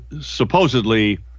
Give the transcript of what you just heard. supposedly